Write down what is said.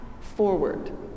forward